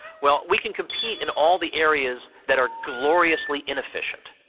well, we can compete in all the areas that are gloriously inefficient.